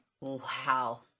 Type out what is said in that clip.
Wow